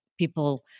People